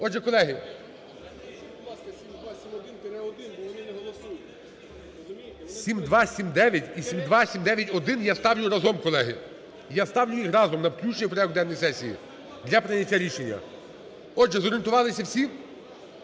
Отже, колеги, 7279 і 7279-1 я ставлю разом. Колеги, я ставлю їх разом на включення в порядок денний сесії для прийняття рішення. Отже, зорієнтувалися всі?